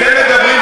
תתבייש.